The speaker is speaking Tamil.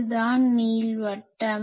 இதுதான் நீள்வட்டம்